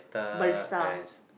barista